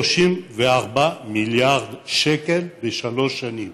חוץ מכוס מים, 34 מיליארד שקל בשלוש שנים.